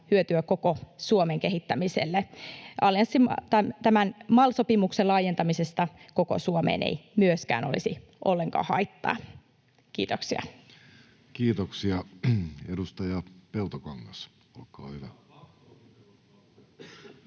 hyötyä koko Suomen kehittämiselle. Tämän MAL-sopimuksen laajentamisesta koko Suomeen ei myöskään olisi ollenkaan haittaa. — Kiitoksia. [Speech 779] Speaker: